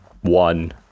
one